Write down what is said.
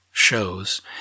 shows